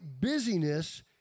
busyness